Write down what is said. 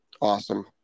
awesome